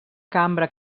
cambra